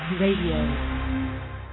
Radio